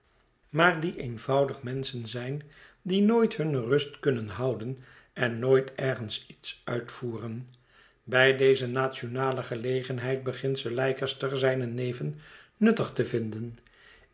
maar die eenvoudig menschen zijn die nooit hunne rust kunnen houden en nooit ergens iets uitvoeren bij deze nationale gelegenheid begint sir leicester zijne neven nuttig te vinden